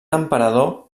emperador